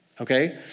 okay